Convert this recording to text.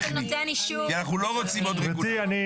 כי אנחנו לא רוצים עוד רגולציה.